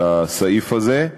על הסעיף הזה.